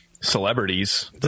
celebrities